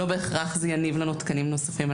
לא בהכרח זה יניב לנו תקנים נוספים.